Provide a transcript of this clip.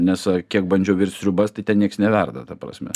nes kiek bandžiau virt sriubas tai ten nieks neverda ta prasme